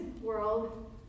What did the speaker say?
world